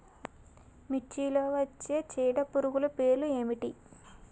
మిర్చిలో వచ్చే చీడపురుగులు పేర్లు ఏమిటి?